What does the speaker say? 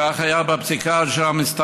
כך היה בפסיקה של המסתננים,